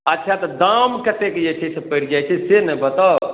अच्छा तऽ दाम कतेक जे छै से पड़ि जाइ छै से ने बताउ